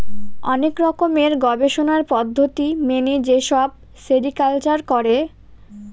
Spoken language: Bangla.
অনেক রকমের গবেষণার পদ্ধতি মেনে যেসব সেরিকালচার করে